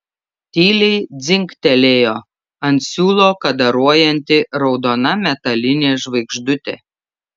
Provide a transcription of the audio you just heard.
tyliai dzingtelėjo ant siūlo kadaruojanti raudona metalinė žvaigždutė